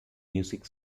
music